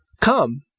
Come